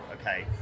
okay